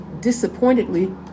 disappointedly